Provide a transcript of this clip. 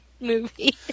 movie